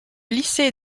lycée